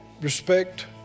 respect